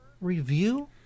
review